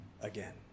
again